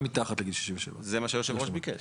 על מתחת גיל 67. זה מה שיושב הראש ביקש.